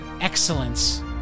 excellence